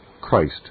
Christ